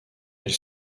elle